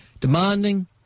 Demanding